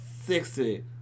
sexy